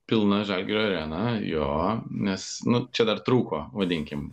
pilna žalgirio arena jo nes nu čia dar trūko vadinkim